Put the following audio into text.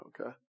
Okay